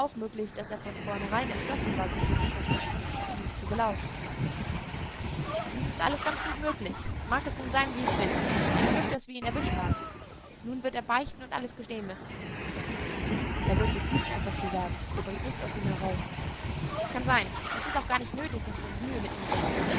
möglich daß er von vornherein entschlossen war sich hier zu verstecken um uns zu belauschen dies ist alles ganz gut und möglich mag es nun sein wie es will es ist ein glück daß wir ihn erwischt haben nun wird er beichten und alles gestehen müssen er wird sich hüten etwas zu sagen ihr bringt nichts aus ihm heraus kann sein es ist auch gar nicht nötig daß wir uns mühe mit ihm geben